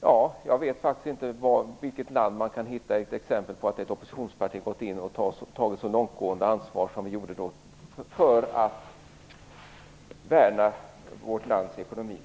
att jag inte vet i vilket land man kan finna exempel på att ett oppositionsparti gått in och tagit ett sådant långtgående ansvar som Socialdemokraterna då gjorde för att värna vårt lands ekonomi.